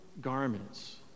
garments